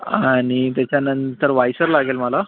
आणि त्याच्यानंतर वायसर लागेल मला